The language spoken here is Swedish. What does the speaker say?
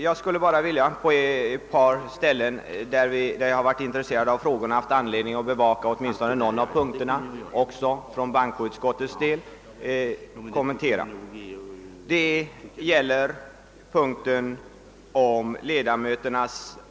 Jag skulle vilja kommentera ett par avsnitt, som jag varit speciellt intresserad av och som jag delvis har haft anledning att bevaka i bankoutskottet. Först och främst gäller det frågan om ledamotsantalet.